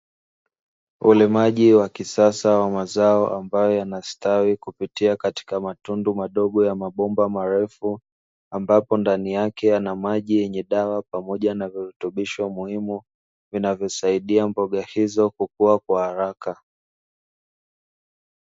Ulimaji wa kisasa wa mazao ambayo yanastawi kupitia katika matundu madogo ya mabomba marefu, ambapo ndani yake yana maji yenye dawa pamoja na virutubisho muhimu vinavosaidia mboga hizo kukua kwa haraka.